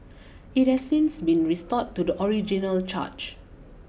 it has since been restored to the original charge